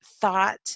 thought